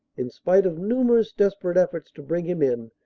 in spite of numerous desper ate efforts to bring him in,